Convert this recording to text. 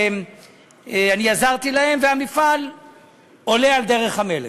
אני עזרתי להם והמפעל עולה על דרך המלך.